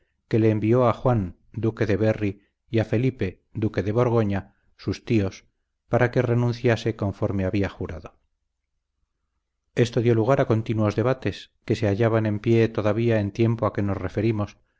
que le envió a juan duque de berry y a felipe duque de borgoña sus tíos para que renunciase conforme había jurado esto dio lugar a continuos debates que se hallaban en pie todavía en el tiempo a que nos referimos